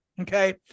Okay